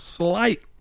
slight